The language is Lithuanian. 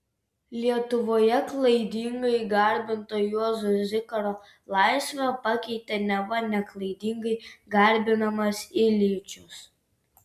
lietuvoje klaidingai garbintą juozo zikaro laisvę pakeitė neva neklaidingai garbinamas iljičius